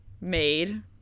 made